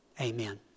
Amen